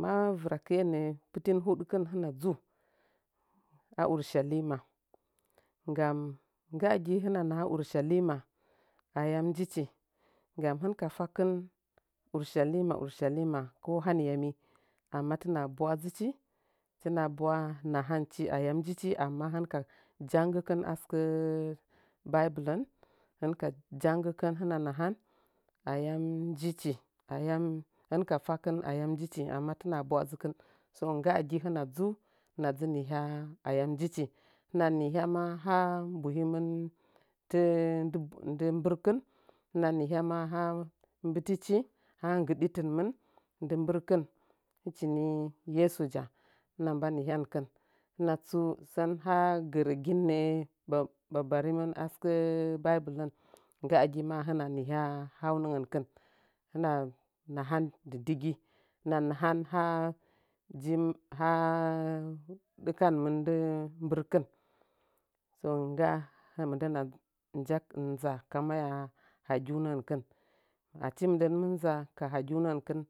ma vɨrakte nəə pɨtu hudkɨn hɨna dzu a urshalima gam nggagi hɨna naha urshalima ayam njichi gam hɨn ka fakɨn urshalima urshalima ko haniyami amma tina bwə dzɨchi tɨna bwa'a naham nchi ayam njichi amma hɨn ka jangikin a sɨkə baibilin hɨn kajangikin hɨna nahan ayam njichi ayam hɨn ka fakɨn ayam njichi ayam hɨn ka fakin ayam njichi amma tina bwa a dzɨkin nggagi hɨna dzu hɨna dzɨ nihya ayam ndichi hɨna nihyə ha mbuhimin tɨ ndɨ bol ndɨ mbɨrkɨn hɨna nihya ma ha mbɨtichi ha nggɨditinmɨn ndɨ mbɨrkin hɨchini yesoja hɨna mba nihyankɨn nda tsu sən ha gərəgin nəə babarimɨn a sɨka baibilen nggagima hɨna nihya haunəngənkin wina nahan dɨdigi hɨna nahan ha dzi ha dɨkan min ndɨ mbɨnkɨn so ngga mɨndən na nja ma ka maya lageunəngdakɨn achi mɨndan mi nza ka maya hagiundngənkɨn.